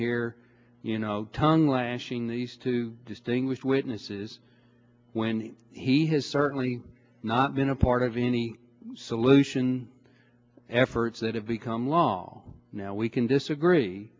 here you know tongue lashing these two distinguished witnesses when he has certainly not been a part of any solution efforts that have become lall now we can disagree